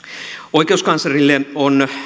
oikeuskanslerille on